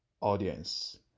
audience